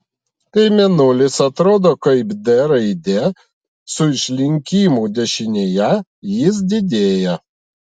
kai mėnulis atrodo kaip d raidė su išlinkimu dešinėje jis didėja